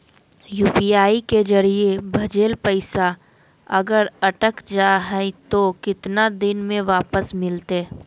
UPI के जरिए भजेल पैसा अगर अटक जा है तो कितना दिन में वापस मिलते?